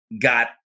got